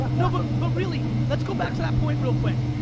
like no but but really, let's go back to that point real quick.